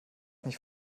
nicht